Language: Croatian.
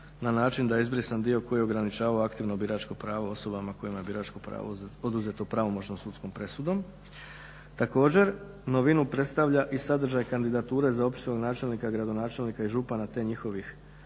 na način da je izbrisan dio koji ograničava aktivno biračko pravo osobama kojima je biračko pravo oduzeto pravomoćnom sudskom presudom. Također, novinu predstavlja i sadržaj kandidature za općinskog načelnika, gradonačelnika i župana te njihovih